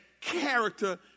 character